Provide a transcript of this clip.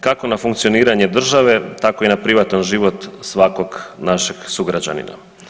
Kako na funkcioniranje države tako i na privatan život svakog našeg sugrađanina.